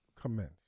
commence